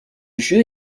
jeu